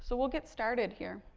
so we'll get started here.